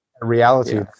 Reality